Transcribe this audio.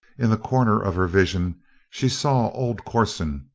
in the corner of her vision she saw old corson,